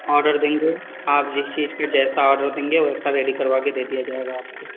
order देंगे आप जिस चीज पर जैसा ऑर्डर देंगे वैसा रेडी करवा के दे दिया जायेगा आपको